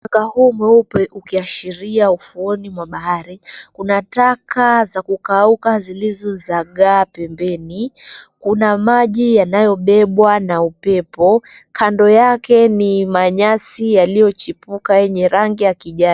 Mchanga huu mweupe ukiashiria ufuoni mwa bahari. Kuna taka za kukauka zilizozagaa pembeni. Kuna maji yanayobebwa na upepo, kando yake ni manyasi yaliyochipuka yenye rangi ya kijani.